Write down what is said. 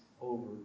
over